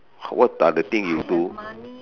what are the thing you do